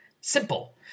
Simple